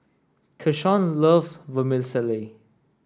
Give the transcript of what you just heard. Keshawn loves Vermicelli